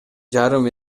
жарым